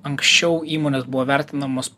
anksčiau įmonės buvo vertinamos